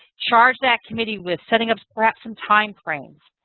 charge that committee with setting up sprats and timeframes.